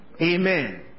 Amen